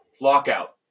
lockout